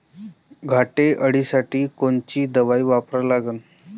घाटे अळी साठी कोनची दवाई वापरा लागन?